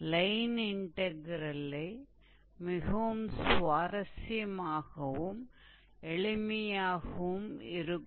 line integral மிகவும் சுவாரஸ்யமாகவும் எளிமையாகவும் இருக்கும்